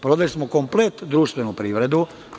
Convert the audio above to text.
Prodali smo komplet društvenu privredu.